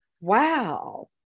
Wow